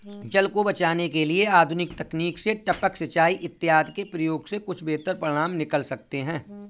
जल को बचाने के लिए आधुनिक तकनीक से टपक सिंचाई इत्यादि के प्रयोग से कुछ बेहतर परिणाम निकल सकते हैं